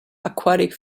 aquatic